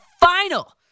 final